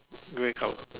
grey color